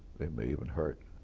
they may even hurt.